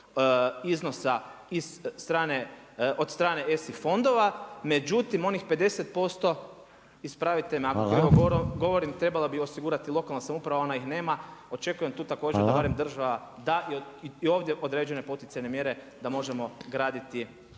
iznosa od strane ESI fondova, međutim onih 50% ispravite me ako krivo govorim, trebala bi osigurati lokalna samouprava ona ih nema. očekujem tu također da barem država da i ovdje određene poticajne mjere da možemo graditi